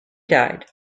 died